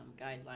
guidelines